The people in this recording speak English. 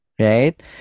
right